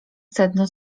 sedno